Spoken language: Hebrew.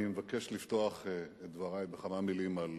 אני מבקש לפתוח את דברי בכמה מלים על